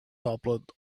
toppled